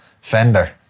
Fender